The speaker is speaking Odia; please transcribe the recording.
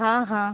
ହଁ ହଁ